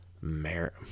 merit